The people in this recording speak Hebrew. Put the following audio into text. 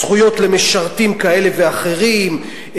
זכויות למשרתים כאלה ואחרים,